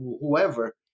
whoever